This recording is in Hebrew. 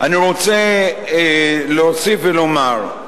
אני רוצה להוסיף ולומר: